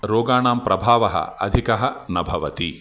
रोगाणां प्रभावः अधिकः न भवति